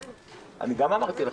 אני גם אמרתי לך.